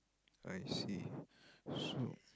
I see so